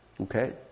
Okay